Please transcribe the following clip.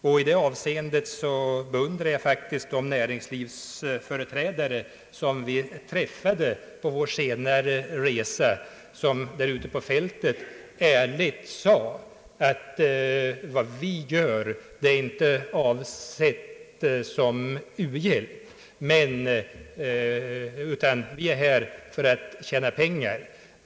I det avseendet beundrar jag faktiskt de näringslivsföreträdare som vi träffade på vår senare resa och som ärligt sade: Vad vi gör är inte avsett som u-hjälp, utan vi är här för att tjä na pengar.